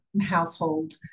household